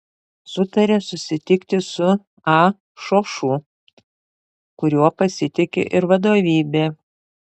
sutarė susitikti su a šošu kuriuo pasitiki ir vadovybė